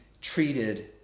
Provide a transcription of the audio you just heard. treated